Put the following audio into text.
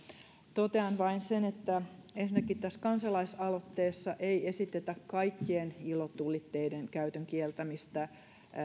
totean vain sen että ensinnäkin tässä kansalaisaloitteessa ei esitetä kaikkien ilotulitteiden käytön kieltämistä